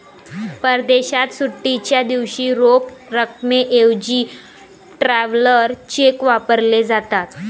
परदेशात सुट्टीच्या दिवशी रोख रकमेऐवजी ट्रॅव्हलर चेक वापरले जातात